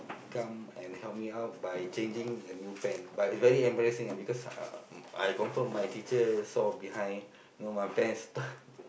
come and help me out by changing a new pant but very embarrassing ah because uh I confirm my teacher saw behind you know my pants